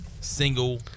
single